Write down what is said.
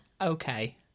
Okay